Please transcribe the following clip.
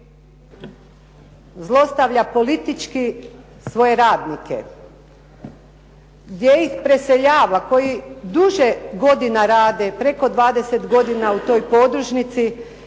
zlostavlja politički svoje radnike, gdje ih preseljava koji duže godina rade preko 20 godina u toj podružnici